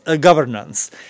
Governance